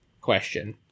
question